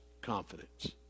confidence